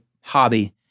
hobby